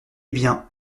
bien